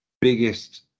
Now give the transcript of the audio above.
biggest